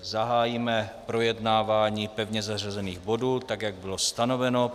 Zahájíme projednávání pevně zařazených bodů tak, jak bylo stanoveno.